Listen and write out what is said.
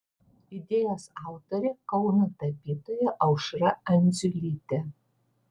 idėjos autorė kauno tapytoja aušra andziulytė